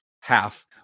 half